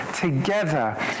together